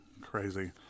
Crazy